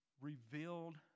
revealed